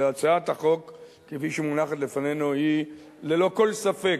והצעת החוק כפי שהיא מונחת לפנינו היא ללא כל ספק,